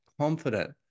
confident